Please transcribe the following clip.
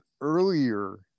earlier